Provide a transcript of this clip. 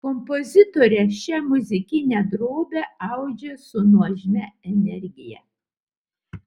kompozitorė šią muzikinę drobę audžia su nuožmia energija